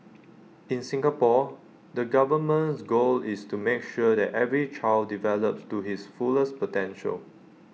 in Singapore the government's goal is to make sure that every child develops to his fullest potential